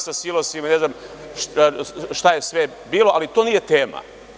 Sa silosima ne znam šta je sve bilo, ali to nije tema.